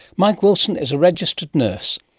mike wilson is a registered nurse.